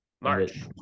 March